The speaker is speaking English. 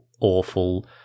awful